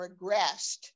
regressed